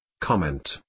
Comment